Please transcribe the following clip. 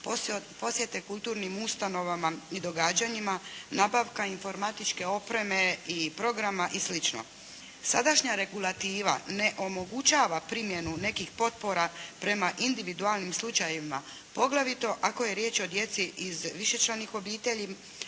posjete kulturnim ustanovama i događanjima, nabavka informatičke opreme i programa i slično. Sadašnja regulativa ne omogućava primjenu nekih potpora prema individualnim slučajevima, poglavito ako je riječ o djeci iz višečlanih obitelji,